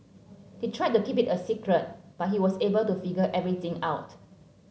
they tried to keep it a secret but he was able to figure everything out